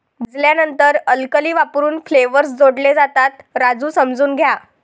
भाजल्यानंतर अल्कली वापरून फ्लेवर्स जोडले जातात, राजू समजून घ्या